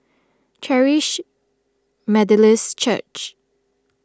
Charis Methodist Church